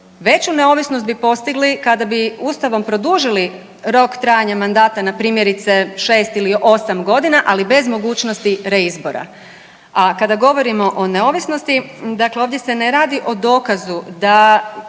Veću neovisnost bi postigli kada bi Ustavom produžili rok trajanja mandata na primjerice 6 ili 8 godina, ali bez mogućnosti reizbora. A kada govorimo o neovisnosti, dakle ovdje se ne radi o dokazu da